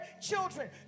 children